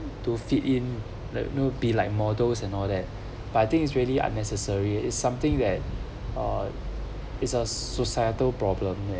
to fit in like you know be like models and all that but I think it's really unnecessary it is something that it's a societal problem